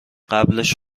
قبلش